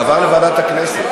לא,